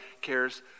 cares